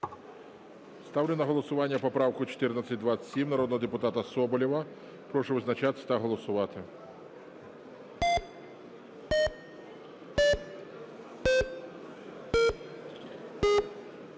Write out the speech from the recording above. Ставлю на голосування поправку 1427 народного депутата Соболєва. Прошу визначатись та голосувати.